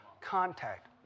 contact